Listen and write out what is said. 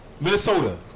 Minnesota